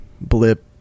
blip